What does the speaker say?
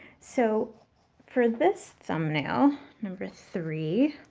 so for this thumbnail, number three,